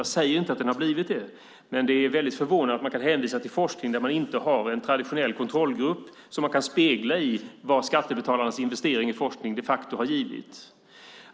Jag säger inte att den hade blivit det, men det är väldigt förvånande att man kan hänvisa till forskning när man inte har en traditionell kontrollgrupp som man kan spegla i vad skattebetalarnas investering i forskning de facto har gett.